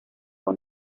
fue